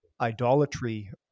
idolatry